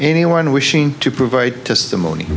anyone wishing to provide testimony